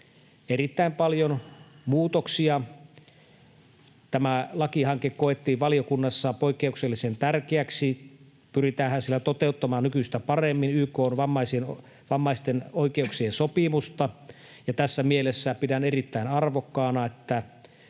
erittäin paljon muutoksia. Tämä lakihanke koettiin valiokunnassa poikkeuksellisen tärkeäksi, pyritäänhän sillä toteuttamaan nykyistä paremmin YK:n vammaisten oikeuksien sopimusta. Tässä mielessä pidän erittäin arvokkaana, että